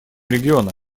региона